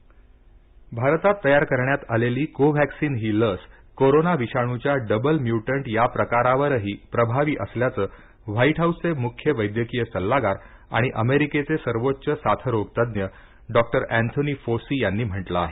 कोव्हॅक्सिन भारतात तयार करण्यात आलेली कोव्हॅक्सिन ही लस कोरोना विषाणूच्या डबल म्युटंट या प्रकारावरही प्रभावी असल्याचं व्हाइट हाऊसचे मुख्य वैद्यकीय सल्लागार आणि अमेरिकेचे सर्वोच्च साथरोग तज्ज्ञ डॉ एंथॉनी फोसी यांनी म्हटलं आहे